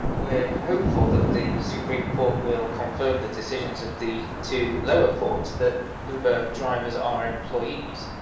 we're hopeful that the supreme court will confirm the decisions of the two lower courts, that uber drivers are employees.